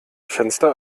fenster